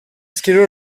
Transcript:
escriure